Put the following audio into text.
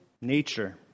nature